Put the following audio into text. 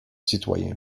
citoyens